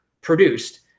produced